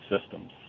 systems